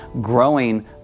growing